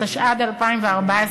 התשע"ד 2014,